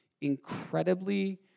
incredibly